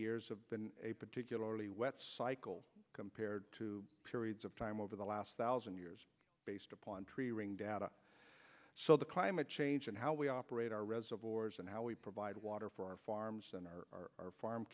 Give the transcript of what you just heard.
years have been a particularly wet cycle compared to periods of time over the last thousand years based upon tree ring data so the climate change and how we operate our reservoirs and how we provide water for our farms and our